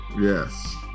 Yes